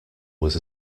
was